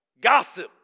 gossip